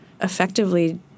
effectively